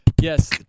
Yes